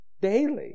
daily